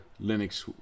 Linux